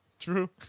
True